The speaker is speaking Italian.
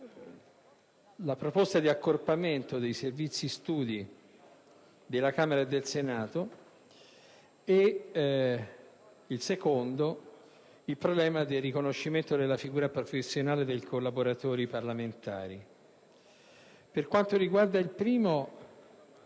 la proposta di accorpamento dei Servizi studi della Camera e del Senato e il problema del riconoscimento della figura professionale dei collaboratori parlamentari. Per quanto riguarda la prima